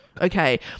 okay